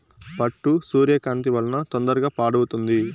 పట్టు సూర్యకాంతి వలన తొందరగా పాడవుతుంది